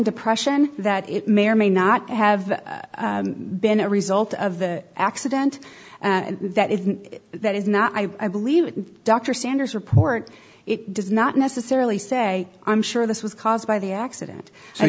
depression that it may or may not have been a result of the accident that if that is not i believe dr sanders report it does not necessarily say i'm sure this was caused by the accident so